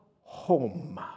home